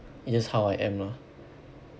it's just how I am lor